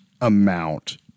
amount